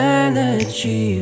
energy